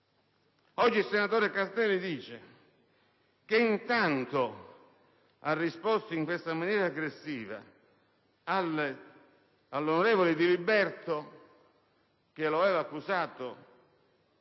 Oggi il senatore Castelli dice che intanto ha risposto in questa maniera aggressiva all'onorevole Diliberto, che lo aveva accusato